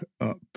up